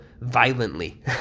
violently